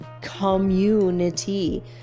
community